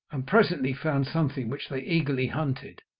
and presently found something which they eagerly hunted.